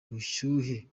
ubushyuhe